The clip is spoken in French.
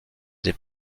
des